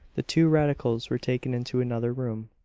the two radicals were taken into another room.